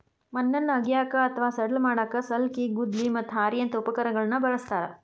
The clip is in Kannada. ಮಣ್ಣನ್ನ ಅಗಿಯಾಕ ಅತ್ವಾ ಸಡ್ಲ ಮಾಡಾಕ ಸಲ್ಕಿ, ಗುದ್ಲಿ, ಮತ್ತ ಹಾರಿಯಂತ ಉಪಕರಣಗಳನ್ನ ಬಳಸ್ತಾರ